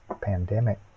pandemic